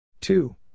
two